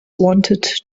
wanted